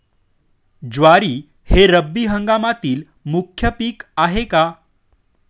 ज्वारी हे रब्बी हंगामातील मुख्य पीक आहे का?